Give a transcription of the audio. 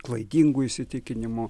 klaidingų įsitikinimų